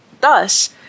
Thus